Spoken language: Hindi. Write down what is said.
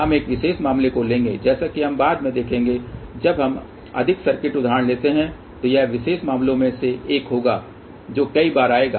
हम एक विशेष मामले को लेंगे जैसा कि हम बाद में देखेंगे जब हम अधिक सर्किट उदाहरण लेते हैं कि यह विशेष मामलों में से एक होगा जो कई बार आएगा